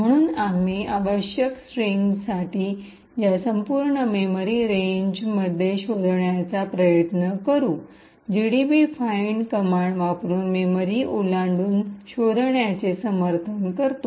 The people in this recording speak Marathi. म्हणून आम्ही आवश्यक स्ट्रिंगसाठी या संपूर्ण मेमरी रेंजमध्ये शोधण्याचा प्रयत्न करू जीडीबी फाइंड कमांड वापरुन मेमरी ओलांडून शोधण्याचे समर्थन करतो